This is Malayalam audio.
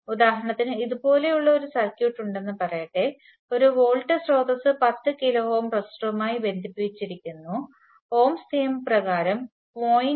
ഉദാഹരണത്തിന് ഇതുപോലുള്ള ഒരു സർക്യൂട്ട് ഉണ്ടെന്ന് പറയട്ടെ ഒരു വോൾട്ട് സ്രോതസ്സ് 10 കിലോ ഓം റെസിസ്റ്ററുമായി ബന്ധിപ്പിച്ചിരിക്കുന്നു ഓംസ് നിയമപ്രകാരം 0